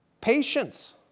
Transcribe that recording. patience